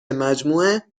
مجموعه